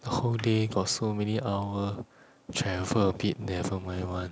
the whole day got so many hour travel a bit never mind one